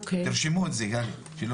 תרשמו את זה, גלי.